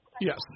Yes